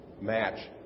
match